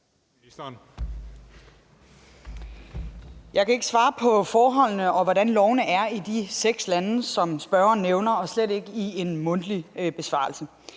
Jeg kan ikke svare på, hvordan forholdene og lovene er i de seks lande, som spørgeren nævner, og slet ikke i en mundtlig besvarelse.